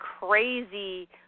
crazy